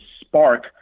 spark